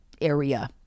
area